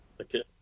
okay